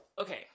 okay